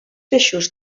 peixos